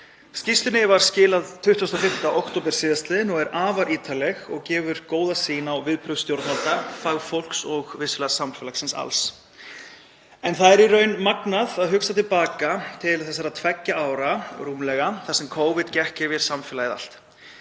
Skýrslunni var skilað 25. október sl. og er afar ítarleg og gefur góða sýn á viðbrögð stjórnvalda, fagfólks og vissulega samfélagsins alls. Það er í raun magnað að hugsa til baka til þessara tveggja ára rúmlega þar sem Covid gekk yfir samfélagið allt.